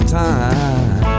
time